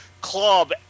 club